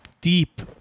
deep